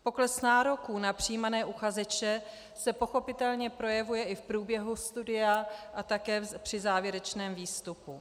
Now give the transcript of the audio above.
Pokles nároků na přijímané uchazeče se pochopitelně projevuje i v průběhu studia a také při závěrečném výstupu.